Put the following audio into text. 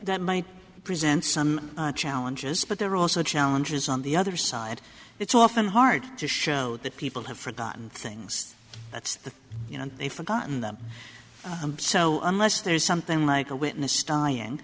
that might present some challenges but there are also challenges on the other side it's often hard to show that people have forgotten things that you know they've forgotten them so unless there's something like a witness